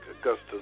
Augustus